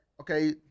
okay